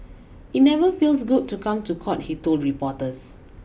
it never feels good to come to court he told reporters